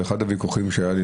אחד הוויכוחים שהיו לי,